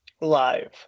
live